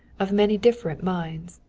of many different minds.